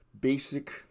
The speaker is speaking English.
Basic